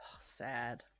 sad